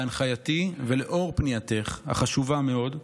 בהנחייתי, ולאור פנייתך החשובה מאוד,